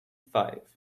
five